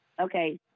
Okay